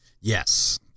Yes